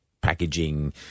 packaging